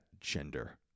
gender